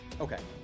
Okay